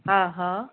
हा हा